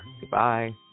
Goodbye